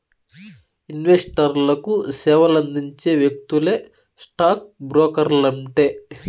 ఇన్వెస్టర్లకు సేవలందించే వ్యక్తులే స్టాక్ బ్రోకర్లంటే